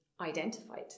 identified